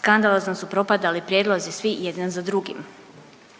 skandalozno su propadali prijedlozi svih jedan za drugim.